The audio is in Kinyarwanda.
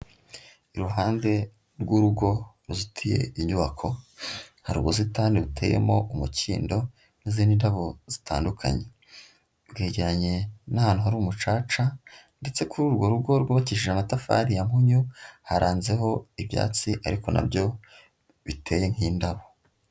Iruhande rw'urugo ruzitiye inyubako, hari ubusitani buteyemo umukindo n'izindi ndabo zitandukanye. Bwegeranye n'ahantu hari umucaca, ndetse kuri urwo rugo rwubakishije amatafari ya mpunyu, haranzeho ibyatsi ariko na byo biteye nk'indabo.